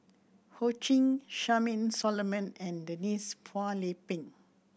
Ho Ching Charmaine Solomon and Denise Phua Lay Peng